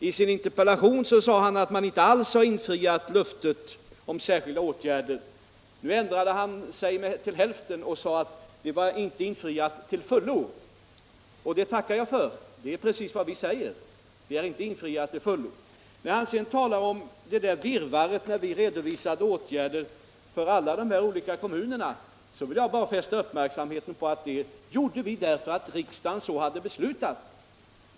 I sin interpellation sade han att vi inte alls infriat löftet om särskilda åtgärder. Nu ändrade han sig och sade att löftet inte var infriat till fullo. Det tackar jag för. Det är precis vad vi säger. Vi har inte infriat det till fullo. | Rune Ångström talade om att de åtgärder vi redovisat för alla de berörda kommunerna var ett virrvarr. Jag vill då bara fästa uppmärksamheten på att vi gjorde den redovisningen därför att riksdagen så hade beslutat.